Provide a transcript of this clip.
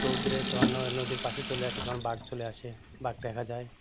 রৌদ্রে তোমার নদীর পাশে চলে আসে তখন বাঘ চলে আসে তখন বাঘ দেখা যায়